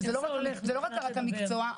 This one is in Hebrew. שזה לא רק במקצוע,